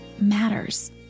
matters